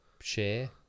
share